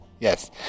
Yes